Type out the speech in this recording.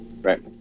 right